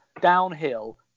Downhill